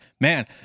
Man